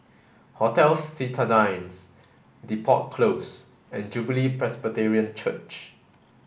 Hotel Citadines Depot Close and Jubilee Presbyterian Church